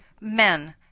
men